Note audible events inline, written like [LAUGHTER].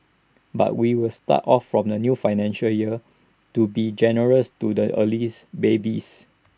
but we will start of from the new financial year to be generous to the early [UNINTELLIGIBLE] babies